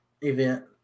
event